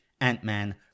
Ant-Man